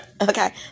Okay